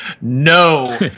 no